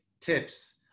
tips